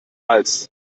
hals